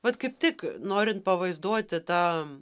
vat kaip tik norint pavaizduoti tą